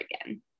again